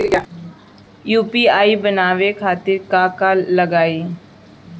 UPI बनावे खातिर का का लगाई?